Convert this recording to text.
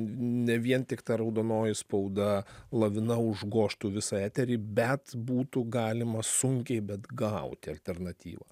ne vien tik ta raudonoji spauda lavina užgožtų visa eterį bet būtų galima sunkiai bet gauti alternatyvą